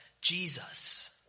Jesus